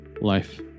life